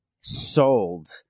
sold